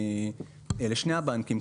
לשני הבנקים,